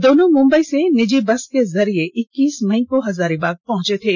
दोनो मुंबई से निजी बस के जरिये इक्कीस मई को हजारीबाग पहुंचे थे